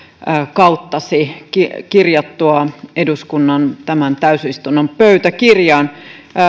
kauttasi kirjattua eduskunnan tämän täysistunnon pöytäkirjaan